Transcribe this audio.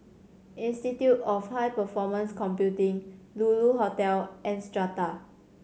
Institute of High Performance Computing Lulu Hotel and Strata